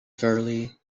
fairly